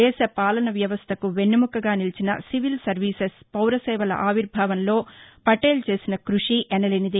దేశ పాలన వ్యవస్తకు వెన్నెముకగా నిలిచిన సివిల్ సర్వీసెస్ పౌరసేవల ఆవిర్భావంలో పటేల్ చేసిన కృషి ఎనలేనిది